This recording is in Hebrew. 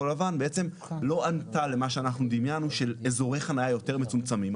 לבן בעצם לא ענתה למה שאנחנו דמיינו שאזורי חנייה יותר מצומצמים,